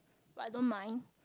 but I don't mind